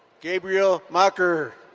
gabriel mocker.